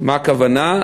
מה הכוונה?